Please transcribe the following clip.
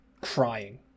crying